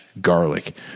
garlic